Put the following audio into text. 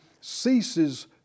ceases